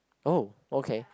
oh okay